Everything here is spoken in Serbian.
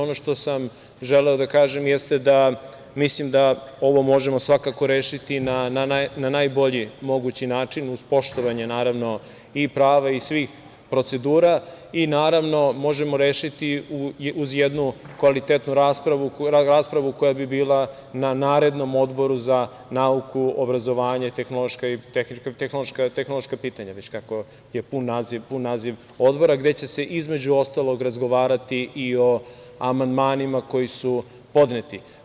Ono što sam želeo da kažem jeste da ovo možemo svakako rešiti na najbolji mogući način uz poštovanje naravno prava i svih procedura, i naravno možemo rešiti uz jednu kvalitetnu raspravu koja bi bila na narednom Odboru za nauku, obrazovanje i tehnološka pitanja, kako je već pun naziv odbora, gde će se između ostalog razgovarati i o amandmanima koji su podneti.